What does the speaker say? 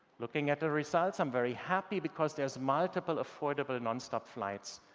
looking at the results, i'm very happy because there's multiple affordable non-stop flights.